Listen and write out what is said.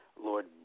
Lord